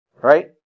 Right